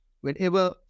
Whenever